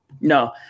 No